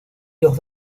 los